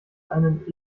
einen